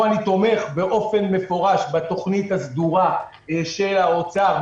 אני תומך באופן מפורש בתוכניתו הסדורה של האוצר,